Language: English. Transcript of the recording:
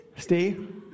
Steve